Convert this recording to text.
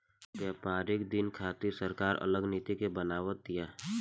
व्यापारिक दिन खातिर सरकार अलग नीति के बनाव तिया